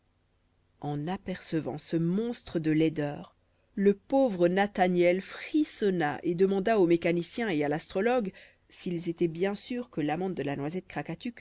en apercevant ce monstre de laideur le pauvre nathaniel frissonna et demanda au mécanicien et à l'astrologue s'ils étaient bien sûrs que l'amande de la noisette